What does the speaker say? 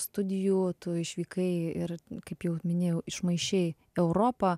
studijų tu išvykai ir kaip jau minėjau išmaišei europą